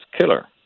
killer